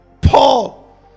Paul